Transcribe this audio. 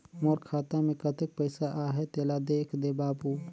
मोर खाता मे कतेक पइसा आहाय तेला देख दे बाबु?